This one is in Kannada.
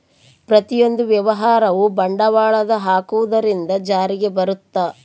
ಪ್ರತಿಯೊಂದು ವ್ಯವಹಾರವು ಬಂಡವಾಳದ ಹಾಕುವುದರಿಂದ ಜಾರಿಗೆ ಬರುತ್ತ